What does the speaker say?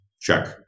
check